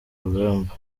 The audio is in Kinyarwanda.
rugamba